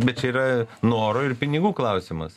bet čia yra noro ir pinigų klausimas